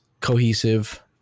cohesive